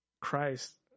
Christ